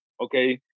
okay